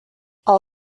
all